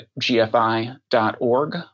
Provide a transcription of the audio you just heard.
gfi.org